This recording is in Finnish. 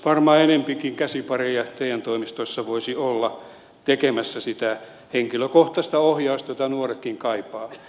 varmaan enempikin käsipareja te toimistoissa voisi olla tekemässä sitä henkilökohtaista ohjausta jota nuoretkin kaipaavat